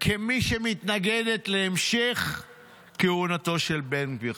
כמי שמתנגדת להמשך כהונתו של בן גביר.